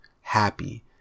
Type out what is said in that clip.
happy